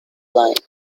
line